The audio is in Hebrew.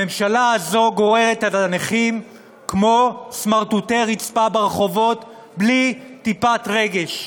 הממשלה הזו גוררת את הנכים כמו סמרטוטי רצפה ברחובות בלי טיפת רגש.